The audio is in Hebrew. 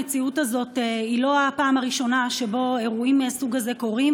המציאות הזאת היא לא הפעם הראשונה שבה אירועים מהסוג הזה קורים,